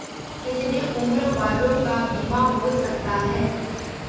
कितने उम्र वालों का बीमा हो सकता है?